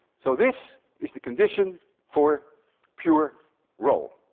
so this is the condition for pure roll.